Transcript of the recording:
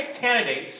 candidates